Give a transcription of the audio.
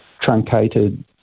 truncated